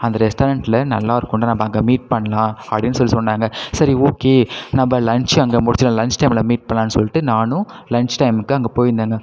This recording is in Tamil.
அந்த ரெஸ்டாரண்ட்டில் நல்லா இருக்குன்டா நம்ப அங்கே மீட் பண்ணலாம் அப்படின்னு சொல்லி சொன்னாங்க சரி ஓகே நம்ப லஞ்சை அங்கே முடிச்சுரலாம் லஞ்ச் டைம்மில் மீட் பண்ணலானு சொல்லிட்டு நானும் லஞ்ச் டைமுக்கு அங்கே போயிருந்தேங்க